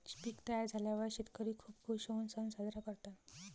पीक तयार झाल्यावर शेतकरी खूप खूश होऊन सण साजरा करतात